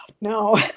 No